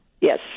Yes